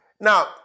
Now